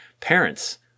parents